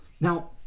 now